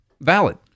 valid